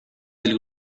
del